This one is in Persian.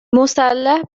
مسلح